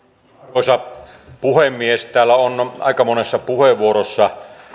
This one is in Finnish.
arvoisa puhemies täällä on aika monessa puheenvuorossa